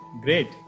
great